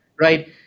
Right